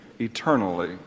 eternally